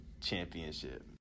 Championship